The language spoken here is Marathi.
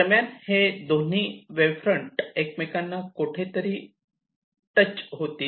दरम्यान हे दोन्ही दोन्ही वेव्ह फ्रंट एकमेकांना कोठेतरी टच होतील